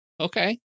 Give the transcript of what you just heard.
okay